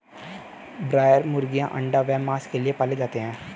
broiler मुर्गीयां अंडा व मांस के लिए पाले जाते हैं